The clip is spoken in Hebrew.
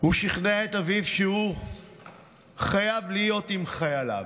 הוא שכנע את אביו שהוא חייב להיות עם חייליו.